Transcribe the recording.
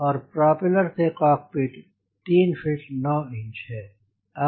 और प्रोपेलर से कॉकपिट तक 3 फ़ीट 9 इंच है